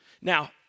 Now